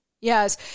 yes